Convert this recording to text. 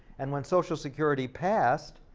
and when social security passed,